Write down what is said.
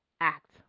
act